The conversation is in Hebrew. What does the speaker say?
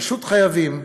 פשוט חייבים,